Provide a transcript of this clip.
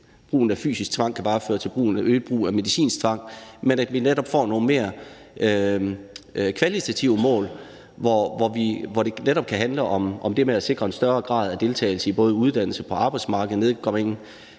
brugen af fysisk tvang bare kan føre til øget brug af medicinsk tvang, men at vi netop får nogle mere kvalitative mål, hvor det netop kan handle om det med at sikre en større grad af deltagelse, både i uddannelse og på arbejdsmarkedet, at øge